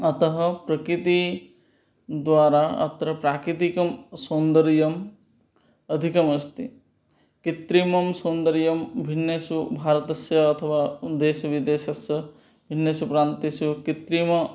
अतः प्रकृतिद्वारा अत्र प्राकृतिकसौन्दर्यम् अधिकमस्ति कृत्रिमसौन्दर्यभिन्नेषु भारतस्य अथवा देशविदेशस्य भिन्नेषु प्रान्तेषु कृत्रिम